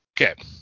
okay